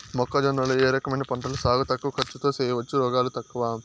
మొక్కజొన్న లో ఏ రకమైన పంటల సాగు తక్కువ ఖర్చుతో చేయచ్చు, రోగాలు తక్కువ?